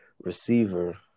receiver